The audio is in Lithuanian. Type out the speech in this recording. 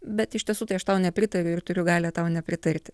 bet iš tiesų tai aš tau nepritariu ir turiu galią tau nepritarti